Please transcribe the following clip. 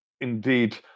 Indeed